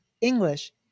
English